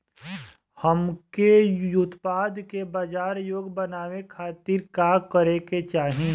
हमके उत्पाद के बाजार योग्य बनावे खातिर का करे के चाहीं?